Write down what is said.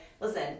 listen